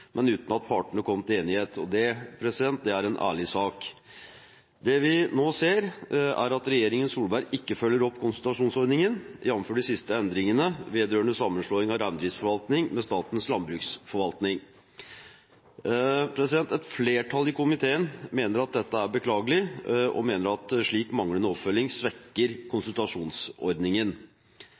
men uten at partene kom til enighet, og det er en ærlig sak. Det vi nå ser, er at regjeringen Solberg ikke følger opp konsultasjonsordningen, jf. de siste endringene vedrørende sammenslåing av reindriftsforvaltningen med Statens landbruksforvaltning. Et flertall i komiteen mener at dette er beklagelig, og at en slik manglende oppfølging svekker konsultasjonsordningen.